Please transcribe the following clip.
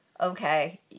okay